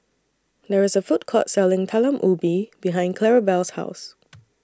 There IS A Food Court Selling Talam Ubi behind Clarabelle's House